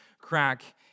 crack